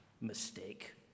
mistake